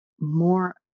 more